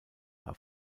war